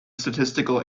statistical